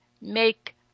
make